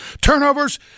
turnovers